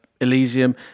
Elysium